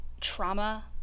trauma